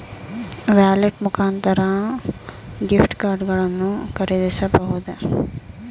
Wallet ಮುಖಾಂತರ gift card ಗಳನ್ನು ಖರೀದಿಸಬಹುದೇ?